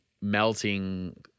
melting